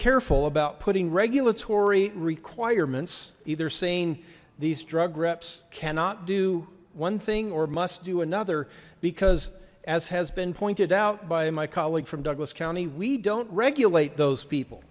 careful about putting regulatory requirements either saying these drug reps cannot do one thing or must do another because as has been pointed out by my colleague from douglas county we don't regulate those people